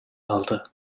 aldı